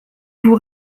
vous